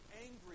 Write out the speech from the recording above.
angry